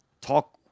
talk